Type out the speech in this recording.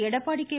Edappadi K